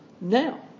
now